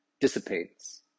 dissipates